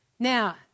Now